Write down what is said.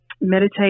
meditate